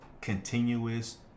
continuous